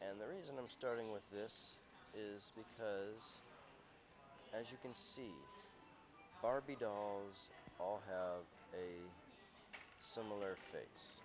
and the reason i'm starting with this is because as you can see barbie dolls all have a similar fate